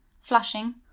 flushing